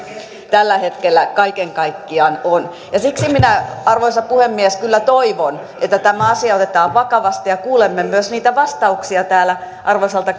tällä hetkellä kaiken kaikkiaan on siksi minä arvoisa puhemies kyllä toivon että tämä asia otetaan vakavasti ja kuulemme myös niitä vastauksia täällä arvoisalta